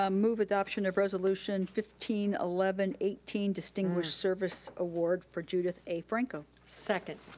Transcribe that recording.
um move with option of resolution fifteen eleven eighteen, distinguished service award for judith a. franco. second.